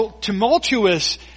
tumultuous